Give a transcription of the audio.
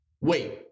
wait